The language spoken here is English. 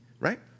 right